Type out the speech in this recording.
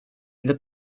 для